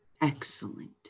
excellent